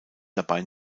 dabei